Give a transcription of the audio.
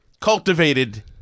cultivated